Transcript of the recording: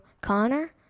Connor